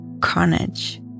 carnage